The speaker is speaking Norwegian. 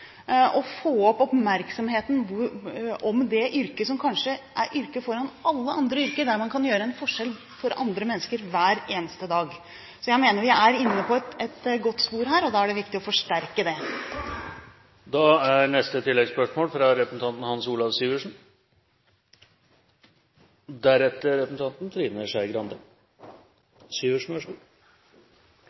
og med å øke oppmerksomheten om det yrket som kanskje er yrket foran alle andre yrker – der man kan gjøre en forskjell for andre mennesker hver eneste dag. Jeg mener vi er inne på et godt spor her, og da er det viktig å forsterke det.